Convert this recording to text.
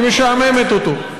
היא משעממת אותו.